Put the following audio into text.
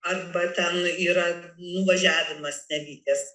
arba ten yra nuvažiavimas nevykęs